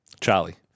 Charlie